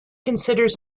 considers